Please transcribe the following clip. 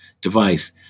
device